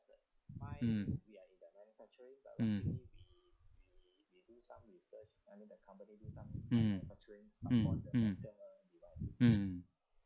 mm mm mm mm mm